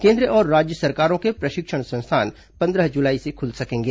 केंद्र और राज्य सरकारों के प्रशिक्षण संस्थान पंद्रह जुलाई से खुल सकेंगे